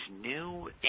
new